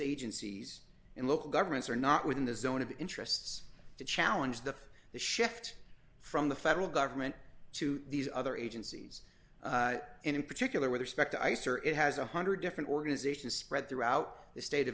agencies and local governments are not within the zone of interests to challenge the the shift from the federal government to these other agencies and in particular with respect ice or it has one hundred different organizations spread throughout the state of